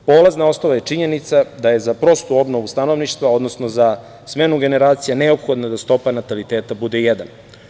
Polazna osnova je činjenica da je za prostu obnovu stanovništva, odnosno za smenu generacija neophodno da stopa nataliteta bude jedan.